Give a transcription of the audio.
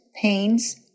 pains